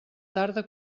tarda